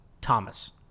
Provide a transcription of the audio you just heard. Thomas